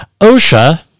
OSHA